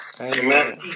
Amen